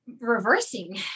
reversing